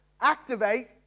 activate